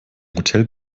hotel